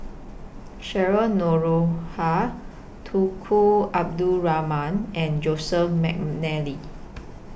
Cheryl Noronha Tunku Abdul Rahman and Joseph Mcnally